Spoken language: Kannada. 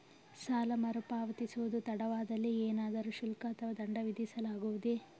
ಸಾಲ ಮರುಪಾವತಿಸುವುದು ತಡವಾದಲ್ಲಿ ಏನಾದರೂ ಶುಲ್ಕ ಅಥವಾ ದಂಡ ವಿಧಿಸಲಾಗುವುದೇ?